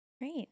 great